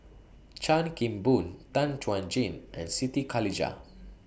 Chan Kim Boon Tan Chuan Jin and Siti Khalijah